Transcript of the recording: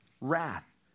wrath